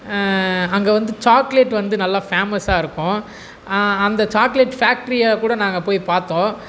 அங்கே வந்து சாக்லேட் வந்து நல்ல ஃபேமஸ்ஸாக இருக்கும் அந்த சாக்லேட் ஃபேக்ட்ரியை கூட நாங்கள் போய் பார்த்தோம்